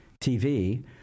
TV